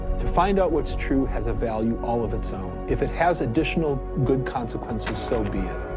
to find out what's true has a value all of its own if it has additional good consequences, so be it.